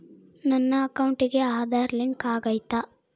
ನನ್ನ ಅಕೌಂಟಿಗೆ ಆಧಾರ್ ಲಿಂಕ್ ಆಗೈತಾ?